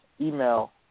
email